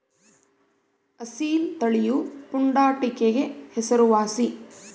ಅಸೀಲ್ ತಳಿಯು ಪುಂಡಾಟಿಕೆಗೆ ಹೆಸರುವಾಸಿ